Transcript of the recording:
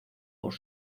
por